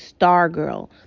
Stargirl